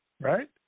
Right